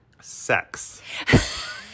Sex